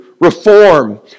reform